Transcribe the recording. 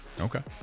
okay